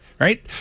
right